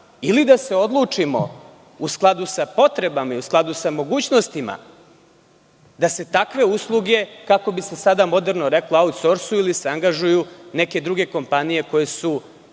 ili da se odlučimo u skladu sa potrebama i u skladu sa mogućnostima da se takve usluge, kako bi se sada moderno reklo „aut sorsuju“ ili se angažuju neke druge kompanije koje su